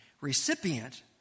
recipient